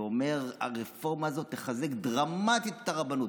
ואומר: הרפורמה הזאת תחזק דרמטית את הרבנות,